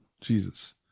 Jesus